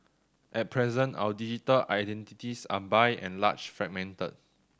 at present our digital identities are by and large fragmented